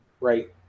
Right